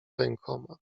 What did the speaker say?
rękoma